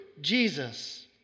Jesus